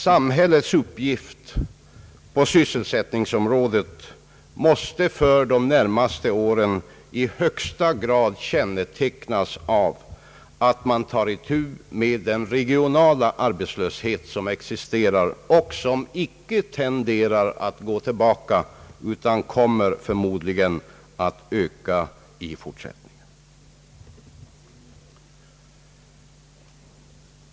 Samhällets uppgift på sysselsättningsområdet måste för de närmaste åren i högsta grad kännetecknas av att man tar itu med den regionala arbetslöshet som existerar och vilken icke tenderar att gå tillbaka utan förmodligen kommer att öka i fortsättningen.